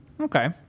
Okay